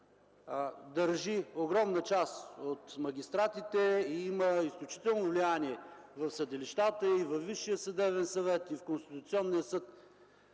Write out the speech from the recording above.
държи огромна част от магистратите и има изключително влияние в съдилищата и във Висшия съдебен съвет, и в Конституционния съд,